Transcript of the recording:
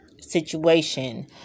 situation